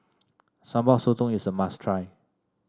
Sambal Sotong is a must try